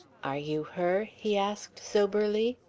are you her? he asked soberly.